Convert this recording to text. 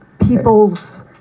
people's